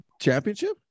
championship